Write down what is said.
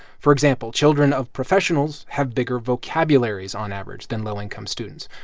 for example, children of professionals have bigger vocabularies on average than low-income students,